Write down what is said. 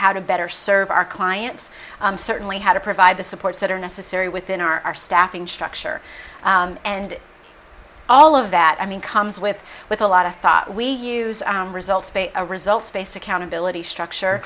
to better serve our clients certainly how to provide the supports that are necessary within our staffing structure and all of that i mean comes with with a lot of thought we use our results a results based accountability structure